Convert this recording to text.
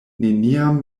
neniam